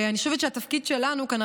אני חושבת שהתפקיד שלנו כאן,